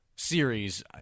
series